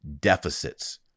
deficits